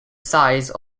size